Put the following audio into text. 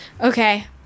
okay